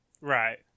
right